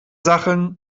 sachen